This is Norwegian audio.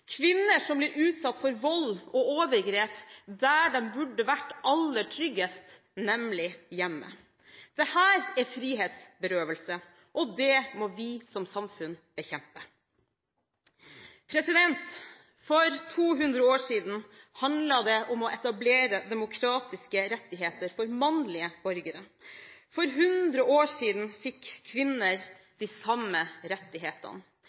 kvinner som blir utsatt for vold og overgrep der de burde vært aller tryggest, nemlig hjemme. Dette er frihetsberøvelse, og det må vi som samfunn bekjempe. For 200 år siden handlet det om å etablere demokratiske rettigheter for mannlige borgere. For 100 år siden fikk kvinner de samme rettighetene.